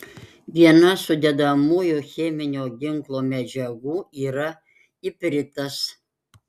viena sudedamųjų cheminio ginklo medžiagų yra ipritas